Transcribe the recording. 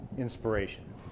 inspiration